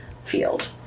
field